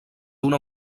una